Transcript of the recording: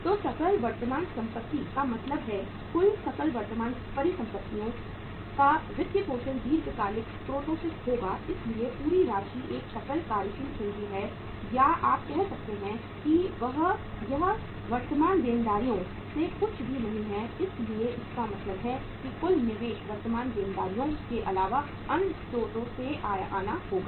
तो सकल वर्तमान संपत्ति का मतलब है कुल सकल वर्तमान परिसंपत्तियों का वित्तपोषण दीर्घकालिक स्रोतों से होगा इसलिए पूरी राशि एक सकल कार्यशील पूंजी है या आप कह सकते हैं कि यह वर्तमान देनदारियों से कुछ भी नहीं है इसलिए इसका मतलब है कि कुल निवेश वर्तमान देनदारियों के अलावा अन्य स्रोतों से आना होगा